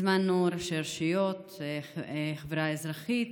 הזמנו ראשי רשויות, אנשים מהחברה האזרחית,